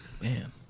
Man